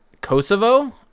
Kosovo